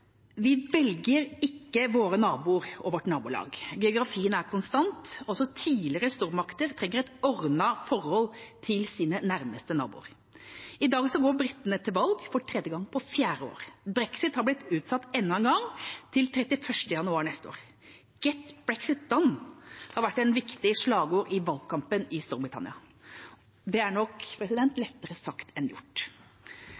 Vi velger ikke våre naboer og vårt nabolag. Geografien er konstant. Også tidligere stormakter trenger et ordnet forhold til sine nærmeste naboer. I dag går britene til valg for tredje gang på fire år. Brexit har blitt utsatt enda en gang, til 31. januar neste år. «Get Brexit Done» har vært et viktig slagord i valgkampen i Storbritannia. Det er nok